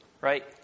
right